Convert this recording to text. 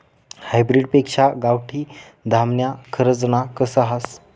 hybrid पेक्शा गावठी धान्यमा खरजना कस हास